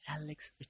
Alex